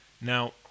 Now